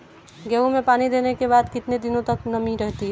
गेहूँ में पानी देने के बाद कितने दिनो तक नमी रहती है?